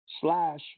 slash